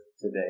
today